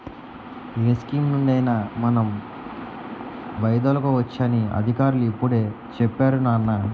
ఏ స్కీమునుండి అయినా మనం వైదొలగవచ్చు అని అధికారులు ఇప్పుడే చెప్పేరు నాన్నా